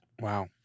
Wow